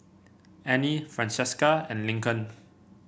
Anie Francesca and Lincoln